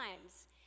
times